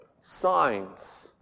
signs